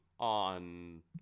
On